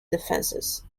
defences